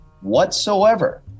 whatsoever